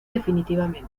definitivamente